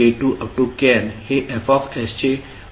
kn हे F चे अवशेष म्हणून ओळखले जातात